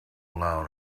loud